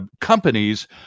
companies